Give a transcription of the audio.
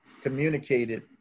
communicated